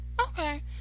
Okay